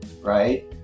right